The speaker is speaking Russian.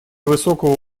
высокого